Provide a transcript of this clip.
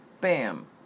Bam